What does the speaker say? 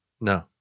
No